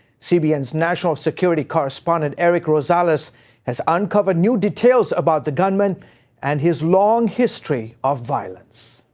cbn's national security correspondent erik rosales has has uncovered new details about the gunman and his long history of violence.